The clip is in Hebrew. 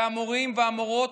והמורים והמורות,